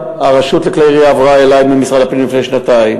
הרשות לכלי ירייה עברה אלי ממשרד הפנים לפני שנתיים.